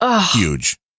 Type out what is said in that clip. huge